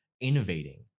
innovating